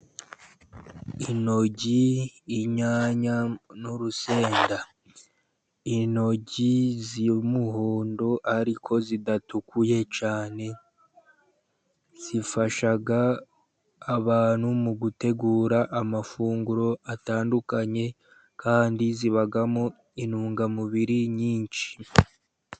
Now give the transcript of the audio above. Intoryi, inyanya n'urusenda . Intoryi z'umuhondo, ariko zidatukuye cyane , zifasha abantu mu gutegura amafunguro atandukanye . Kandi, zibamo intungamubiri nyinshi .